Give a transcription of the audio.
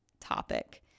topic